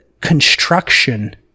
construction